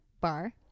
bar